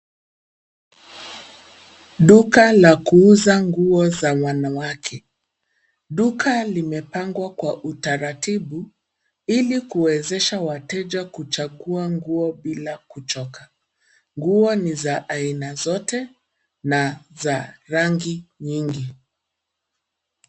Duka la kuuza nguo za wanawake, duka limepangwa kwa utaratibu ili kuwezesha wateja kuchagua nguo bila kuchoka. Nguo ni za aina zote na za rangi nyingi.